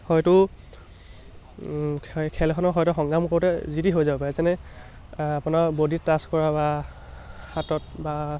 হয়তো খেলখনৰ হয়তো সংগ্ৰাম কৰোঁতে যিটি হৈ যাব পাৰে যেনে আপোনাৰ বডিত টাছ কৰা বা হাতত বা